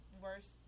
worse